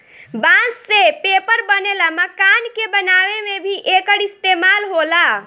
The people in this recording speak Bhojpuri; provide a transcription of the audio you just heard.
बांस से पेपर बनेला, मकान के बनावे में भी एकर इस्तेमाल होला